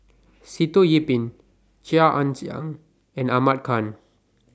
Sitoh Yih Pin Chia Ann Siang and Ahmad Khan